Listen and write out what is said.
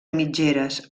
mitgeres